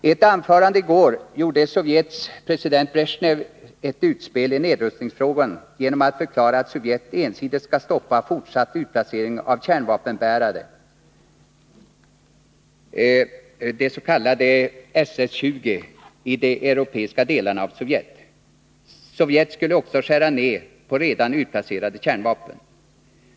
I ett anförande i går gjorde Sovjets president Bresjnev ett utspel i nedrustningsfrågan genom att förklara att Sovjet ensidigt skulle stoppa fortsatt utplacering av kärnvapenbärare, de s.k. SS 20, i de europeiska delarna av Sovjet. Sovjet skulle också skära ned på redan utplacerade kärnvapen.